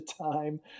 time